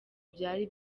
byari